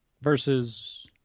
versus